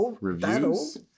reviews